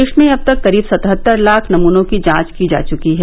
देश में अब तक करीब सतहत्तर लाख नमूनों की जांच की जा चुकी है